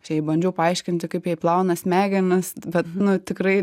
aš jai bandžiau paaiškinti kaip jai plauna smegenis bet nu tikrai